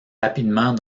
rapidement